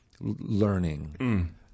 learning